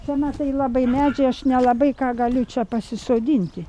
čia matai labai medžiai aš nelabai ką galiu čia pasisodinti